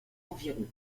environs